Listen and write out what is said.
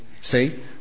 See